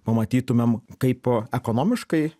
pamatytumėm kaip ekonomiškai